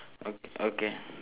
ok~ okay